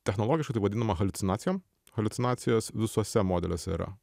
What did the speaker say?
technologiškai tai vadinama haliucinacijom haliucinacijos visuose modeliuose yra